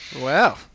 Wow